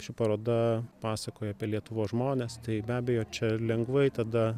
ši paroda pasakoja apie lietuvos žmones tai be abejo čia lengvai tada